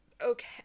okay